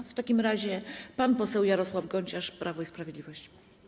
W takim razie pan poseł Jarosław Gonciarz, Prawo i Sprawiedliwość.